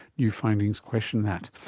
new findings question that.